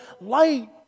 light